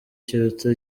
kiruta